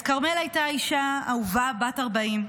אז כרמל הייתה אישה אהובה בת 40,